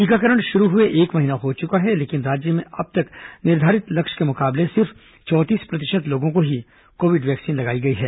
टीकाकरण शुरू हुए एक महीना हो चुका है लेकिन राज्य में अब तक निर्धारित लक्ष्य के मुकाबले सिर्फ चौंतीस प्रतिशत लोगो को ही कोविड वैक्सीन लगाई गई है